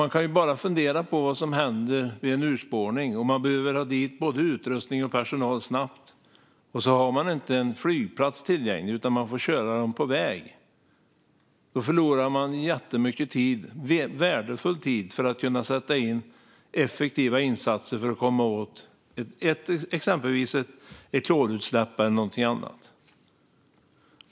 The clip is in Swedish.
Man kan bara fundera på vad som händer vid en urspårning om man behöver ha dit både utrustning och personal snabbt men inte har en flygplats tillgänglig utan får köra allt på väg. Då förlorar man jättemycket tid, värdefull tid för att kunna sätta in effektiva insatser för att komma åt exempelvis ett klorutsläpp eller något annat.